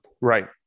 right